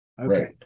Okay